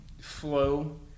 flow